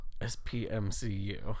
S-P-M-C-U